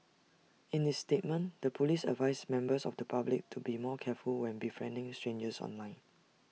in its statement the Police advised members of the public to be more careful when befriending strangers online